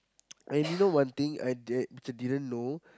and you know one thing I that did which I didn't know